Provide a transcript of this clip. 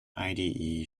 ide